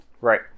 Right